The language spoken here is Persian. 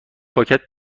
پاکت